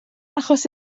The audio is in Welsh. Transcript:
achos